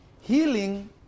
Healing